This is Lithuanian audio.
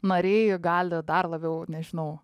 nariai gali dar labiau nežinau